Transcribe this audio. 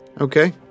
Okay